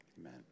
Amen